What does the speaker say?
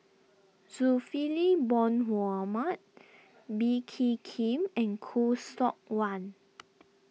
Zulkifli Bin Mohamed Bee Kee Khim and Khoo Seok Wan